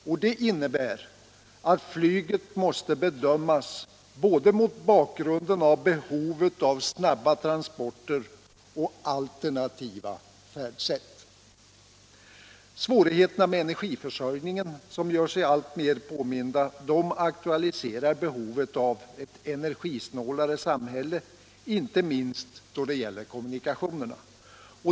Och det innebär att flyget måste bedömas mot bakgrund av både behovet av snabba transporter och möjligheten av alternativa färdsätt. De svårigheter med energiförsörjningen som alltmer har gjort sig påminda aktualiserar behovet av ett energisnålare samhälle, inte minst då det gäller kommunikationerna.